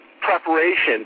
preparation